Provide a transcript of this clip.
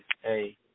hey